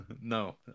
No